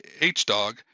H-Dog